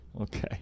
Okay